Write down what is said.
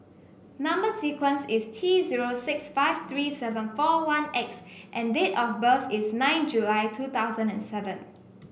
number sequence is T zero six five three seven four one X and date of birth is nine July two thousand and seven